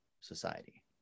society